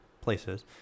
places